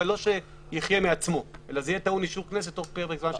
אבל לא יחיה מעצמו אלא יהיה טעון אישור הכנסת תוך פרק זמן שנקבע.